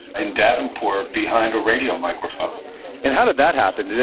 in davenport, behind a radio microphone and how did that happen?